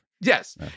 Yes